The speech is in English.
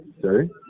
sorry